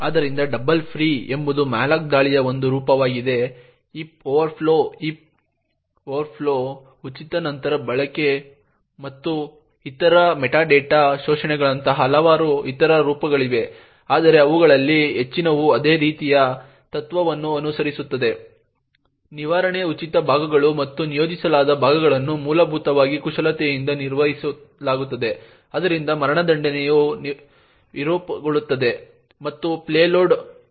ಆದ್ದರಿಂದ double free ಎಂಬುದು malloc ದಾಳಿಯ ಒಂದು ರೂಪವಾಗಿದೆ ಹೀಪ್ ಓವರ್ಫ್ಲೋಗಳು ಹೀಪ್ ಸ್ಪ್ರೇಗಳು ಉಚಿತ ನಂತರ ಬಳಕೆ ಮತ್ತು ಇತರ ಮಾಂಸ ಮೆಟಾಡೇಟಾ ಶೋಷಣೆಗಳಂತಹ ಹಲವಾರು ಇತರ ರೂಪಗಳಿವೆ ಆದರೆ ಅವುಗಳಲ್ಲಿ ಹೆಚ್ಚಿನವು ಅದೇ ರೀತಿಯ ತತ್ವವನ್ನು ಅನುಸರಿಸುತ್ತವೆ ನಿರ್ವಹಣೆ ಉಚಿತ ಭಾಗಗಳು ಮತ್ತು ನಿಯೋಜಿಸಲಾದ ಭಾಗಗಳನ್ನು ಮೂಲಭೂತವಾಗಿ ಕುಶಲತೆಯಿಂದ ನಿರ್ವಹಿಸಲಾಗುತ್ತದೆ ಆದ್ದರಿಂದ ನಿರ್ವಹಣೆಯು ವಿರೂಪಗೊಳ್ಳುತ್ತದೆ ಮತ್ತು ಪೇಲೋಡ್ ಕಾರ್ಯಗತಗೊಳ್ಳುತ್ತದೆ